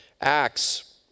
Acts